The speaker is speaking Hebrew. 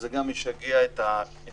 זה גם משגע את הכנסת,